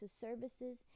services